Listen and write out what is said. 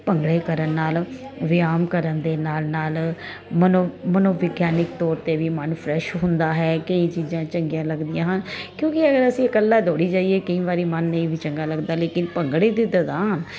ਭੰਗੜੇ ਕਰਨ ਨਾਲ ਵੀਆਮ ਕਰਨ ਦੇ ਨਾਲ ਨਾਲ ਮਨੋ ਮਨੋਵਿਗਿਆਨਿਕ ਤੌਰ ਤੇ ਵੀ ਮਨ ਫਰੈਸ਼ ਹੁੰਦਾ ਹੈ ਕਈ ਚੀਜ਼ਾਂ ਚੰਗੀਆਂ ਲੱਗਦੀਆਂ ਹਨ ਕਿਉਂਕਿ ਅਗਰ ਅਸੀਂ ਇਕੱਲਾ ਦੋੜੀ ਜਾਈਏ ਕਈ ਵਾਰੀ ਮਨ ਨਹੀਂ ਵੀ ਚੰਗਾ ਲੱਗਦਾ ਲੇਕਿਨ ਭੰਗੜੇ ਦੇ ਤਾ